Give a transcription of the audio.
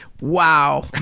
wow